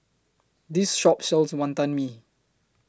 This Shop sells Wantan Mee